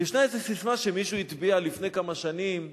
כי יש איזה ססמה שמישהו הטביע לפני כמה שנים,